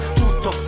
tutto